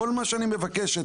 כל מה שאני מבקש הוא,